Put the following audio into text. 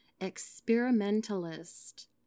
experimentalist